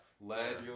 Lead